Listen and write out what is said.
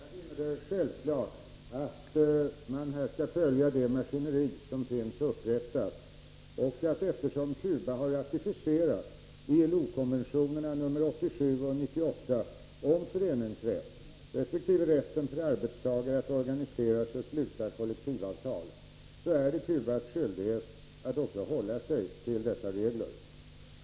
Herr talman! Jag finner det självklart att man här skall följa det maskineri som finns upprättat. Eftersom Cuba har ratificerat ILO-konventionerna nr 87 och 98 om föreningsrätt resp. rätt för arbetstagare att organisera sig och sluta kollektivavtal, är det Cubas skyldighet att också hålla sig till dessa regler.